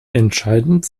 entscheidend